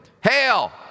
Hail